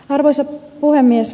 arvoisa puhemies